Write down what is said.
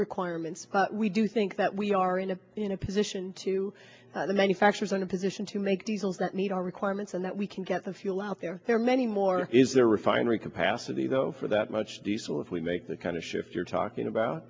requirements but we do think that we are in a in a position to the manufacturers in a position to make diesels that need our requirements and that we can get the fuel out there there are many more is there refinery capacity go for that much diesel if we make the kind of shift you're talking about